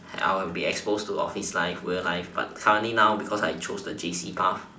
I will be exposed to office life real life but currently now because I chose the J_C path